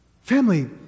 Family